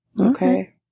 Okay